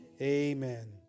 Amen